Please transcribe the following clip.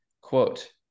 quote